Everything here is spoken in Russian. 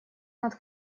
над